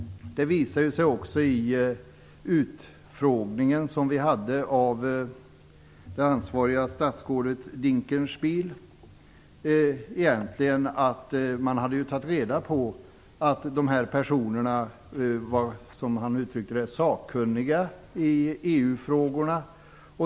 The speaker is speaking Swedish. Det visade sig också vid utfrågningen som utskottet hade med det ansvariga statsrådet Dinkelspiel att man hade tagit reda på att dessa personer var, som han uttryckte det, sakkunniga i EU-frågorna.